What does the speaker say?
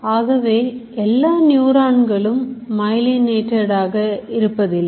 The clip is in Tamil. ஆகவே எல்லா நியூரான் களும் Myelinated இருப்பதில்லை